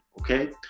okay